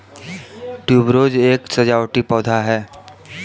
tuberose एक सजावटी पौधा है